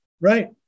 right